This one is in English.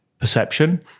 perception